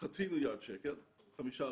חצי מיליארד שקל, 5%,